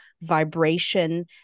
vibration